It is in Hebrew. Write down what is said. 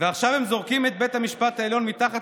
ועכשיו הם זורקים את בית המשפט העליון מתחת